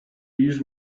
yüz